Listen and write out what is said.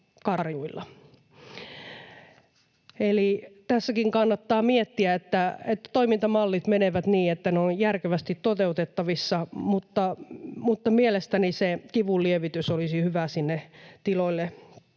tässäkin kannattaa miettiä, että toimintamallit menevät niin, että ne ovat järkevästi toteutettavissa, mutta mielestäni se kivunlievitys olisi hyvä sinne tiloille